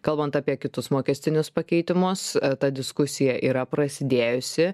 kalbant apie kitus mokestinius pakeitimus ta diskusija yra prasidėjusi